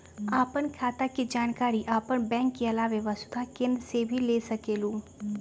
आपन खाता के जानकारी आपन बैंक के आलावा वसुधा केन्द्र से भी ले सकेलु?